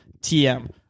TM